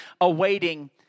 awaiting